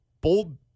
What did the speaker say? Bold